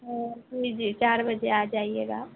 او جی جی چار بجے آ جائیے گا آپ